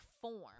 form